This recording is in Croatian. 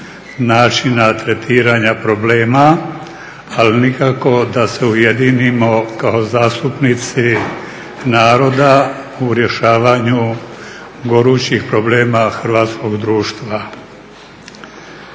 načina tretiranja problema, ali nikako da se ujedinimo kao zastupnici naroda u rješavanju gorućih problema hrvatskog društva.